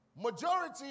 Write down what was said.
Majority